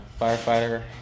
firefighter